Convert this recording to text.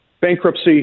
bankruptcy